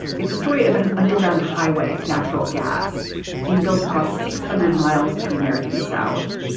it's a story about an underground highway of natural gas being built across six hundred miles of the american south.